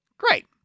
great